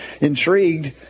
Intrigued